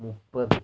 മുപ്പത്